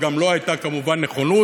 וגם לו הייתה כמובן נכונות,